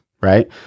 right